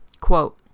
quote